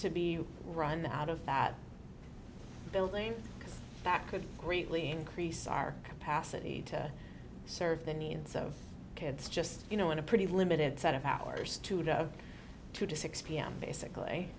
to be run out of that building back could greatly increase our capacity to serve the needs of kids just you know in a pretty limited set of hours today of two to six pm basically